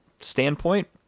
standpoint